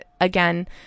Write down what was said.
again